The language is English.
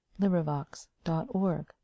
LibriVox.org